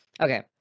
okay